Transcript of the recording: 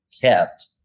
kept